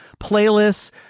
Playlists